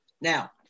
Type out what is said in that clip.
Now